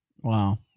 wow